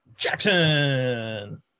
Jackson